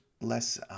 less